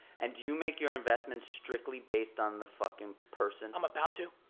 and do you make your investments strictly based on the fuckin' person? i'm about to.